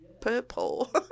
purple